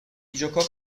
giocò